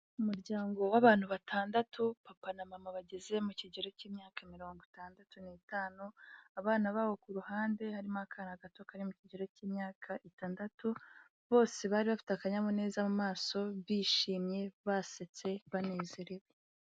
Umuryango w'abantu batandatu, papa na mama bageze mu kigero cy'imyaka mirongo itandatu n'itanu, abana babo ku ruhande, harimo akana gato kari mu kigero cy'imyaka itandatu, bose bari bafite akanyamuneza mu maso, bishimye, basetse, banezerewe.